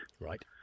right